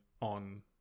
on